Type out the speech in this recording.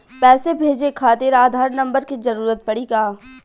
पैसे भेजे खातिर आधार नंबर के जरूरत पड़ी का?